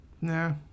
Nah